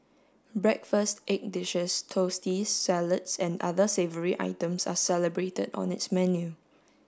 breakfast egg dishes toasties salads and other savoury items are celebrated on its menu